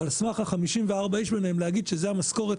ועל סמך ה-54 איש ביניהם להגיד שזה המשכורת